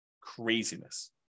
Craziness